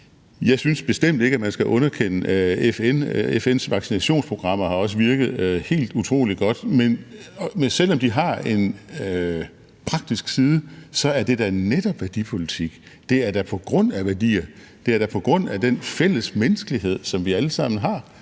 Jeg synes bestemt ikke, at man skal underkende FN. FN's vaccinationsprogrammer har også virket helt utrolig godt, men selv om de har en praktisk side, er det da netop værdipolitik. Det er da på grund af værdier, det er da på grund af den fælles menneskelighed, som vi alle sammen har,